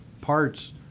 parts